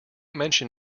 mention